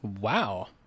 Wow